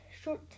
short